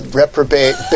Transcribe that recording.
reprobate